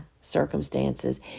circumstances